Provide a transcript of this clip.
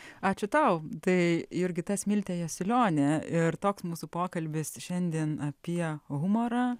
ačiū tau tai jurgita smiltė jasiulionė ir toks mūsų pokalbis šiandien apie humorą